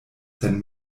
sen